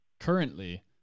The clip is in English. currently